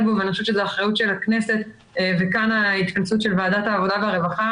בו ואני חושבת שזו אחריות של הכנסת וכאן ההתכנסות של ועדת העבודה והרווחה